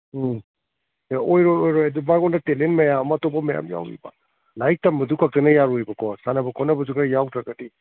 ꯎꯝ ꯑꯣꯏꯔꯣꯏ ꯑꯣꯏꯔꯣꯏ ꯑꯗꯨ ꯃꯉꯣꯟꯗ ꯇꯦꯂꯦꯟ ꯃꯌꯥꯝ ꯑꯃ ꯑꯇꯣꯞꯄ ꯃꯌꯥꯝ ꯑꯃ ꯌꯥꯎꯔꯤꯕ ꯂꯥꯏꯔꯤꯛ ꯇꯝꯕꯗꯨ ꯈꯛꯇꯅ ꯌꯥꯔꯣꯏꯕꯀꯣ ꯁꯥꯟꯅꯕ ꯈꯣꯠꯅꯕꯁꯨ ꯈꯔ ꯌꯥꯎꯗ꯭ꯔꯒꯗꯤ